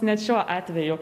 net šiuo atveju